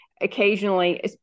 occasionally